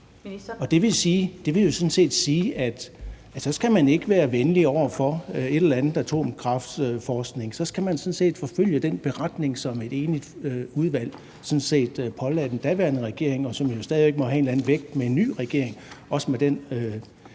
Det vil jo sådan set sige, at så skal man ikke være venligt indstillet over for forskning i atomkraft – så skal man følge den beretning, som et enigt udvalg pålagde den daværende regering, og som jo stadig væk må have en eller anden vægt med en ny regering, også med den